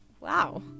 Wow